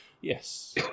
Yes